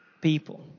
people